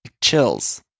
chills